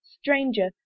Stranger